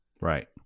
Right